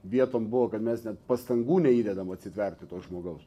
vietom buvo kad mes net pastangų neįdedam atsitverti to žmogaus